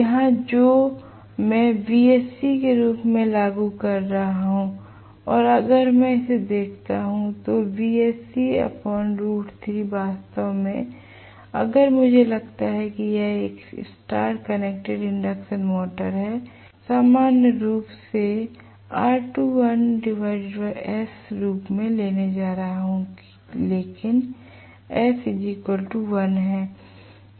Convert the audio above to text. यहाँ जो मैं Vsc के रूप में लागू कर रहा हूँ और अगर मैं इसे देखता हूँ तो वास्तव में अगर मुझे लगता है कि यह एक स्टार कनेक्टेड इंडक्शन मोटर है और मैं इसे सामान्य रूप से R2ls रूप में लेने जा रहा हूँ लेकिन s 1 है